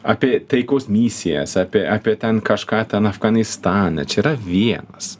apie taikos misijas apie apie ten kažką ten afganistane čia yra vienas